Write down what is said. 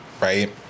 Right